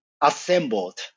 assembled